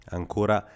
ancora